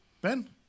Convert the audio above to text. Ben